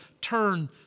turn